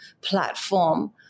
platform